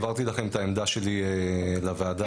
העברתי את העמדה שלי לוועדה בכתב.